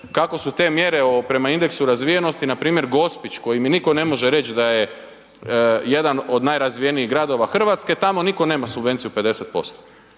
kako su te mjere prema indeksu razvijenosti npr. Gospić koji je mi nitko ne može reći da je jedan od najrazvijenijih gradova Hrvatske, tamo nitko nema subvenciju 50%.